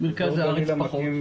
במרכז הארץ פחות.